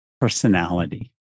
personality